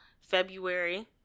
february